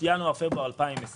בינואר-פברואר 2022